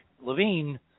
Levine